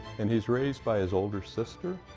and he's raised by his older sister.